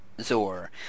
Zor